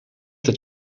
dat